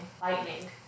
lightning